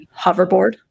hoverboard